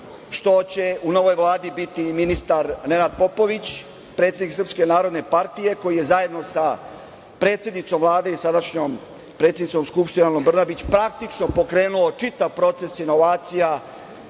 što će u novoj vladi biti i ministar Nenad Popović, predsednik Srpske narodne partije koji je zajedno sa predsednicom Vlade i sadašnjom predsednicom Skupštine Anom Brnabić praktično pokrenuo čitav proces inovacija